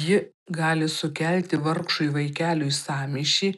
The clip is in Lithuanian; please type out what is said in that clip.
ji gali sukelti vargšui vaikeliui sąmyšį